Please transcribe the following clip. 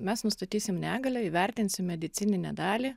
mes nustatysim negalią įvertinsim medicininę dalį